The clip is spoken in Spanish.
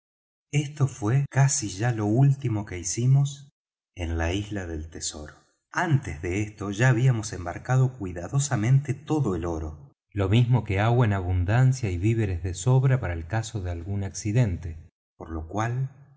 esto fué casi ya lo último que hicimos en la isla del tesoro antes de esto ya habíamos embarcado cuidadosamente todo el oro lo mismo que agua en abundancia y víveres de sobra para el caso de algún accidente por lo cual